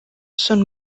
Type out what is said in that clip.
son